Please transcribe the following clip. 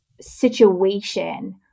situation